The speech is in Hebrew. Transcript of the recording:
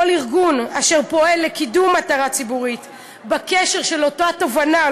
כל ארגון אשר פועל לקידום מטרה ציבורית בקשר לאותה תובענה,